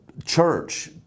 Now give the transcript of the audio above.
Church